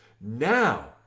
Now